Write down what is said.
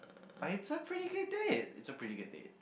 it's a pretty good date it's a pretty good date